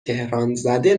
تهرانزده